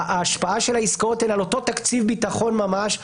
ההשפעה של העסקאות האלה על אותו תקציב ביטחון ממש,